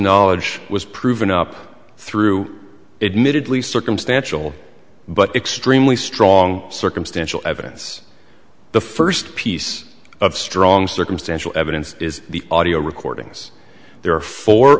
knowledge was proven up through admitted lee circumstantial but extremely strong circumstantial evidence the first piece of strong circumstantial evidence is the audio recordings there